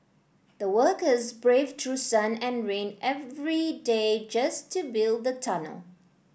the workers braved through sun and rain every day just to build the tunnel